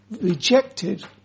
rejected